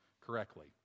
correctly